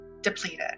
depleted